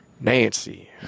Nancy